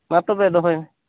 ᱢᱟ ᱛᱚᱵᱮ ᱫᱚᱦᱚᱭ ᱢᱮ